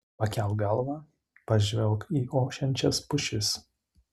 pakelk galvą pažvelk į ošiančias pušis